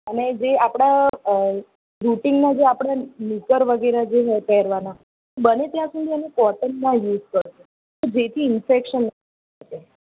અને જે આપણાં રૂટીનમાં જે આપણાં નિકર વગેરે જે હોય પહેરવાના બને ત્યાં સુધી એને કોટનનાં યુઝ કરો જેથી ઇન્ફેકશન ન લાગે